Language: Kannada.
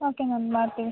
ಓಕೆ ಮ್ಯಾಮ್ ಮಾಡ್ತೀವಿ